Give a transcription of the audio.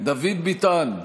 דוד ביטן,